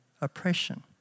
oppression